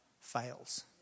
fails